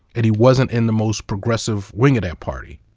and he wasn't in the most progressive wing of that party.